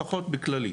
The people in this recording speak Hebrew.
לפחות בכללית.